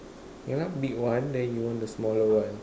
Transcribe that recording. cannot be one then you want the smaller one